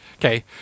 Okay